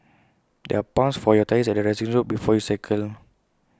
there are pumps for your tyres at the resting zone before you cycle